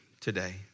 Today